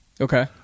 okay